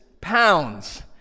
Pounds